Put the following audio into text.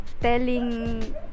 telling